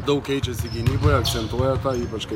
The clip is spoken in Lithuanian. daug keičiasi gynyboje akcentuoja tą ypač kai